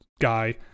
guy